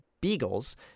beagles